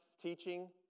teaching